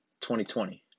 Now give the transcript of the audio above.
2020